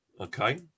Okay